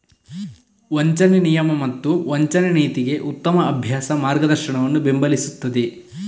ವಂಚನೆ ನಿಯಮ ಮತ್ತು ವಂಚನೆ ನೀತಿಗೆ ಉತ್ತಮ ಅಭ್ಯಾಸ ಮಾರ್ಗದರ್ಶನವನ್ನು ಬೆಂಬಲಿಸುತ್ತದೆ